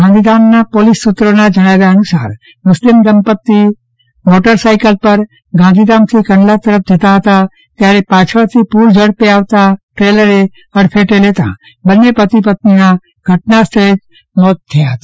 ગાંધીધામનો police સુત્રોના જણાવ્યા અનુસાર મુસ્લીમ દંપતી મોટર સાઈકલ પર ગાંધીધામ થી કંડલા તરફ જતા હતા ત્યારે પાછળથી પુરઝડપે આવતા ટ્રેઈલરે અડફેટે લેતા બંન્ને પતિ પત્નીના ઘટના સ્થળે જ મોતને ભેટયા હતા